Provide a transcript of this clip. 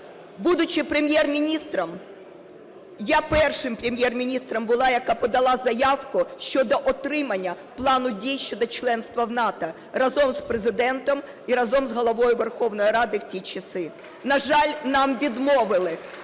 Будучи Прем'єр-міністром, я першим Прем'єр-міністром була, яка подала заявку щодо отримання плану дій щодо членства в НАТО разом з Президентом і разом з Головою Верховної Ради в ті часи. На жаль, нам відмовили,